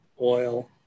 oil